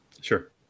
sure